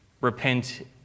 repent